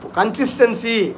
consistency